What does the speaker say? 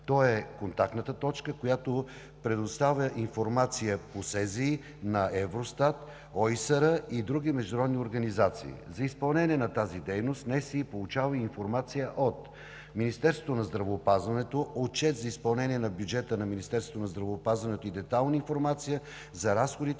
Той е контактната точка, която предоставя информация по СЗИ на Евростат, ОИСР и други международни организации. За изпълнение на тази дейност Националният статистически институт получава информация от: Министерството на здравеопазването – отчет за изпълнение на бюджета на Министерството на здравеопазването и детайлна информация за разходите